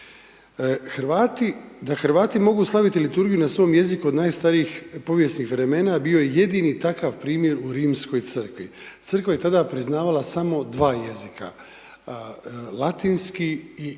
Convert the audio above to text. Da Hrvati mogu slaviti liturgiju na svom jeziku odnosno od najstarijih povijesnih vremena, bio je jedan takav primjer u Rimskoj crkvi, Crkva je tada priznavala samo 2 jezika. Latinski i grčki,